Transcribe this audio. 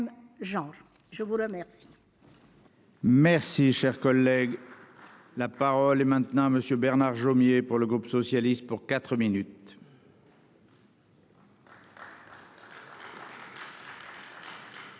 je vous remercie